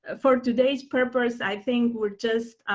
ah for today's purpose, i think were just